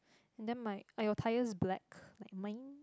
and then my I got tyres black like mine